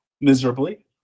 miserably